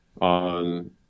on